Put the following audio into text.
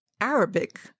Arabic